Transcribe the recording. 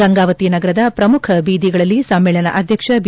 ಗಂಗಾವತಿ ನಗರದ ಪ್ರಮುಖ ಬೀದಿಗಳಲ್ಲಿ ಸಮ್ನೇಳನ ಅಧ್ಯಕ್ಷ ಬಿ